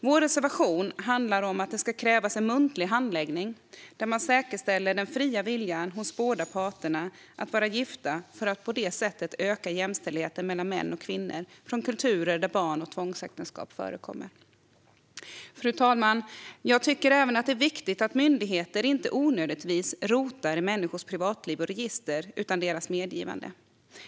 Vår reservation handlar om att det ska krävas en muntlig handläggning där man säkerställer den fria viljan hos båda parter att vara gifta, för att på det sättet öka jämställdheten mellan män och kvinnor från kulturer där barn och tvångsäktenskap förekommer. Fru talman! Jag tycker även att det är viktigt att myndigheter inte onödigtvis rotar i människors privatliv och register utan deras medgivande.